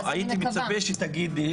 הייתי מצפה שתגידי